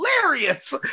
hilarious